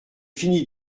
fini